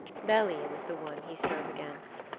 beli was the one he strove against.